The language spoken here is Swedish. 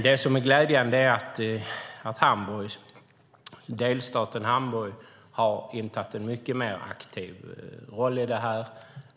Det som är glädjande är att delstaten Hamburg har intagit en mycket mer aktiv roll.